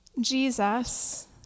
Jesus